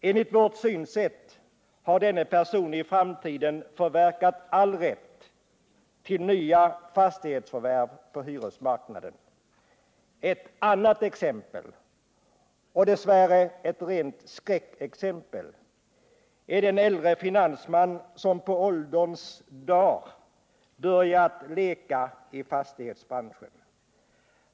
Enligt vårt synsätt har denna person för framtiden förverkat all rätt till nya fastighetsförvärv på hyresmarknaden. Ett annat exempel — och dess värre ett rent skräckexempel — är den äldre finansman som på ålderns dar börjat leka i fastighetsbranschen.